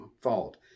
fault